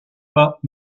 pas